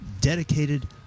dedicated